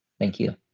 thank you.